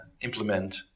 implement